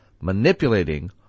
manipulating